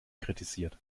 kritisiert